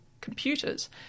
computers